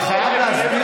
אתה מבטל?